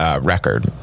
record